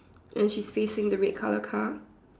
and she's facing the red colour car